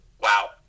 wow